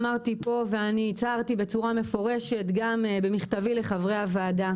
אמרתי פה והצהרתי בצורה מפורשת גם במכתבי לחברי הוועדה